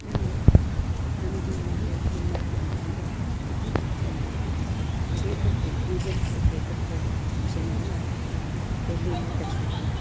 ನಾವು ನಮ್ಮ ಜೀವನೋಪಾಯಕ್ಕೆ ಏನು ಮಾಡ್ತೀವಿ ಅಂತಂದರೆ ಒಂದು paper plate use and throw paper plate ಮಷನ್ನನ್ನು ಡೆಲ್ಲಿಯಿಂದ ತರಿಸಿದ್ವಿ